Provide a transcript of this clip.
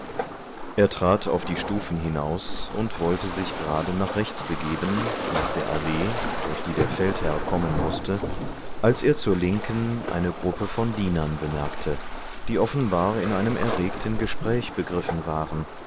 er trat auf die stufen hinaus und wollte sich gerade nach rechts begeben nach der allee durch die der feldherr kommen mußte als er zur linken eine gruppe von dienern bemerkte die offenbar in einem erregten gespräch begriffen waren